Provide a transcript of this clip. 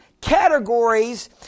categories